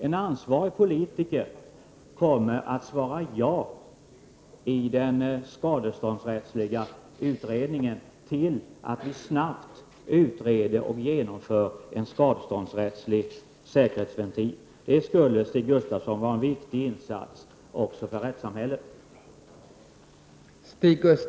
En ansvarig politiker kommer i den skadeståndsrättsliga utredningen att svara ja till att snabbt utreda och genomföra förslaget om en skadeståndsrättslig säkerhetsventil. Det skulle, Stig Gustafsson, vara en viktig insats också för rättssamhället.